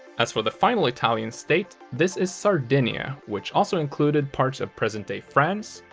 as for the final italian state, this is sardinia, which also included parts of present-day france,